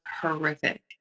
horrific